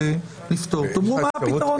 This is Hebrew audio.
תאמרו מה הפתרון.